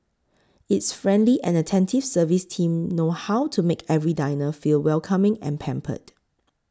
its friendly and attentive service team know how to make every diner feel welcoming and pampered